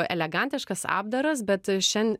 elegantiškas apdaras bet šian